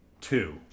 two